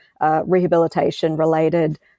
rehabilitation-related